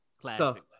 Classic